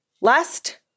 last